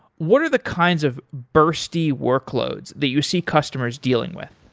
what are the kinds of bursty workloads that you see customers dealing with?